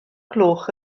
gloch